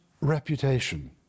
reputation